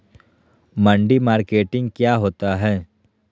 मंडी मार्केटिंग क्या होता है?